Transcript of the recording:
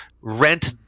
rent